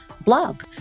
blog